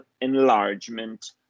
enlargement